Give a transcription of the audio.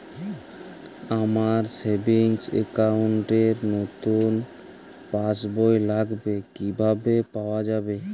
আমার savings account র নতুন পাসবই লাগবে, কিভাবে পাওয়া যাবে?